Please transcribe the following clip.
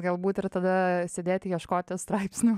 galbūt ir tada sėdėti ieškoti straipsnių